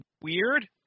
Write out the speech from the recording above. weird